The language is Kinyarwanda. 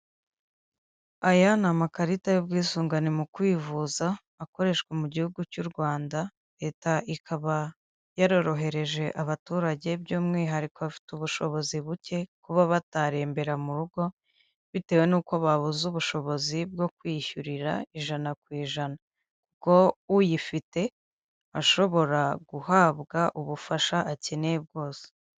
Aya ni amakarita y'ubwisungane mu kwivuza akoreshwa mu gihugu cy'u Rwanda, leta ikaba yarorohereje abaturage by'umwihariko afite ubushobozi buke kuba batarembera mu rugo, bitewe n'uko babuze ubushobozi bwo kwishyurira ijana ku ijana ko uyifite ashobora guhabwa ubufasha akeneye bwose.